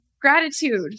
gratitude